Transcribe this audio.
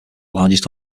largest